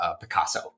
Picasso